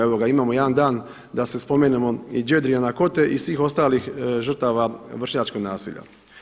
Evo imamo jedan da da se spomenemo i Jedriana Kote i svih ostalih žrtava vršnjačkog nasilja.